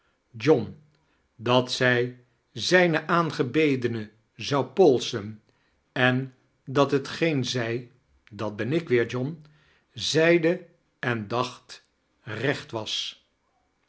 dat zij zijne aangebedene zou polsen en dat hetgeen zij dat ben ik weer john zeide en dacht recht was